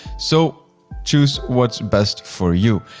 so choose what's best for you.